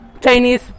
Chinese